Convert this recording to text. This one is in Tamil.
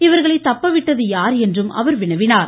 இவர்களை தப்ப விட்டது யார் என்றும் அவர் வினவினார்